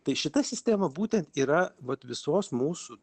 tai šita sistema būtent yra vat visos mūsų